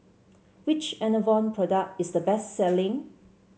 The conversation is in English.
which Enervon product is the best selling